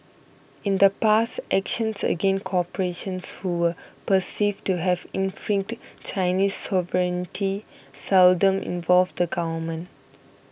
in the past actions against corporations who were perceived to have infringed Chinese sovereignty seldom involved the government